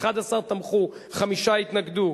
11 תמכו, חמישה התנגדו.